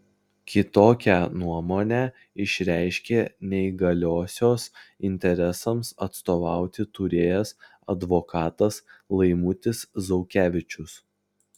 kitokią nuomonę išreiškė neįgaliosios interesams atstovauti turėjęs advokatas laimutis zaukevičius